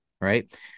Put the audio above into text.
right